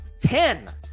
Ten